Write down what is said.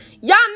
Y'all